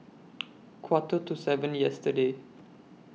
Quarter to seven yesterday